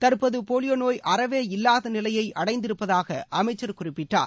தற்போது போலியோ நோய் அறவே இல்லாத நிலையை அடைந்திருப்பதாக அமைச்சர் குறிப்பிட்டார்